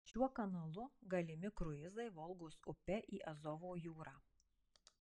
šiuo kanalu galimi kruizai volgos upe į azovo jūrą